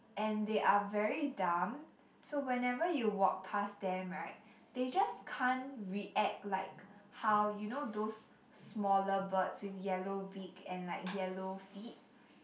and they are very dumb so whenever you walk past them right they just can't react like how you know those smaller birds with yellow beak and like yellow feet